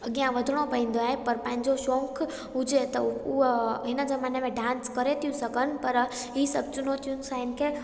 अॻियां वधिणो पवंदो आहे पर पंहिंजो शौक़ हुजे त उहा इन ज़माने में डांस करे थियूं सघनि पर हीउ सभु चुनौतियुनि सां हिन खे